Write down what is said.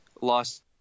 lost